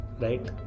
right